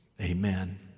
amen